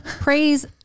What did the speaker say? Praise